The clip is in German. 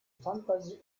fantasie